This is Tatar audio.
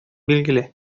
билгеле